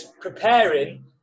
preparing